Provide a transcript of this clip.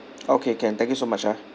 okay can thank you so much ah